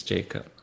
Jacob